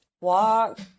Walk